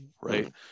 right